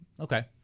okay